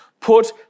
Put